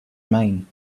mine